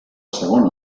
segona